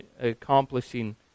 accomplishing